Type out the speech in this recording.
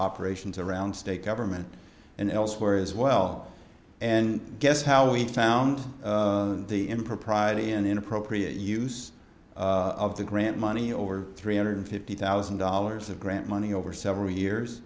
operations around state government and elsewhere as well and guess how we found the impropriety an inappropriate use of the grant money over three hundred fifty thousand dollars of grant money over several years